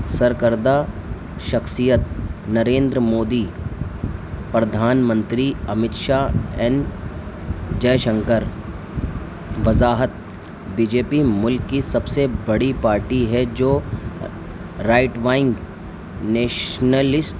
سرکردہ شخصیت نریندر مودی پردھان منتری امت شاہ این جے شنکر وضاحت بی جے پی ملک کی سب سے بڑی پارٹی ہے جو رائٹ وائنگ نیشنلسٹ